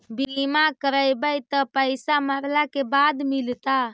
बिमा करैबैय त पैसा मरला के बाद मिलता?